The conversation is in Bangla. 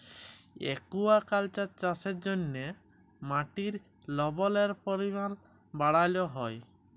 একুয়াকাল্চার চাষের জ্যনহে মাটির লবলের পরিমাল বাড়হাল হ্যয়